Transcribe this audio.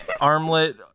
armlet